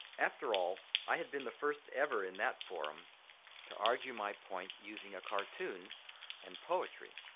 after all i had been the first ever in that forum to argue my point using a cartoon and poetry.